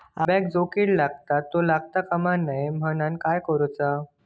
अंब्यांका जो किडे लागतत ते लागता कमा नये म्हनाण काय करूचा?